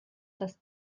das